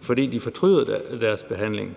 fordi de fortryder deres behandling.